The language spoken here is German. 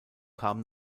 kam